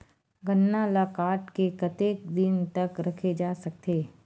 गन्ना ल काट के कतेक दिन तक रखे जा सकथे?